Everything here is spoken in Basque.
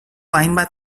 hainbat